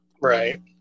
Right